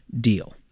deal